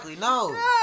No